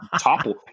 topple